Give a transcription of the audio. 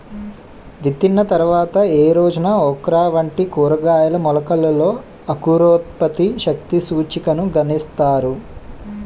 విత్తిన తర్వాత ఏ రోజున ఓక్రా వంటి కూరగాయల మొలకలలో అంకురోత్పత్తి శక్తి సూచికను గణిస్తారు?